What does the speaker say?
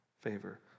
favor